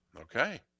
Okay